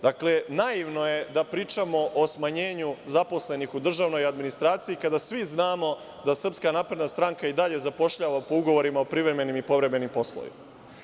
Dakle, naivno je da pričamo o smanjenju zaposlenih u državnoj administraciji, kada svi znamo da SNS i dalje zapošljava po ugovorima o privremenim i povremenim poslovima.